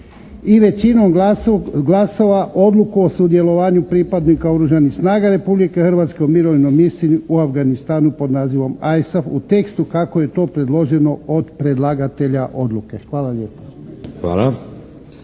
i većinom glasova odluku o sudjelovanju pripadnika oružanih snaga Republike Hrvatske u mirovnoj misiji u Afganistanu pod nazivom ISAF u tekstu kako je to predloženo od predlagatelja odluke. Hvala lijepo.